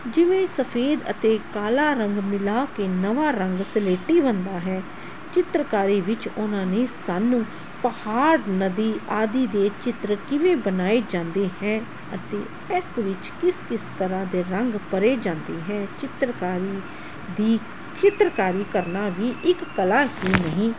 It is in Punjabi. ਜਿਵੇਂ ਸਫੇਦ ਅਤੇ ਕਾਲਾ ਰੰਗ ਮਿਲਾ ਕੇ ਨਵਾਂ ਰੰਗ ਸਲੇਟੀ ਬਣਦਾ ਹੈ ਚਿੱਤਰਕਾਰੀ ਵਿੱਚ ਉਹਨਾਂ ਨੇ ਸਾਨੂੰ ਪਹਾੜ ਨਦੀ ਆਦਿ ਦੇ ਚਿੱਤਰ ਕਿਵੇਂ ਬਣਾਏ ਜਾਂਦੇ ਹੈ ਅਤੇ ਇਸ ਵਿੱਚ ਕਿਸ ਕਿਸ ਤਰ੍ਹਾ ਦੇ ਰੰਗ ਭਰੇ ਜਾਂਦੇ ਹੈ ਚਿੱਤਰਕਾਰੀ ਦੀ ਚਿੱਤਰਕਾਰੀ ਕਰਨਾ ਵੀ ਇੱਕ ਕਲਾ ਹੀ ਨਹੀਂ